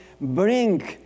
bring